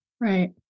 right